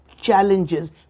challenges